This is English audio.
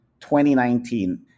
2019